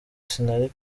sinari